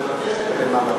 לבקש ממנו,